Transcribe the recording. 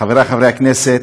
חברי חברי הכנסת,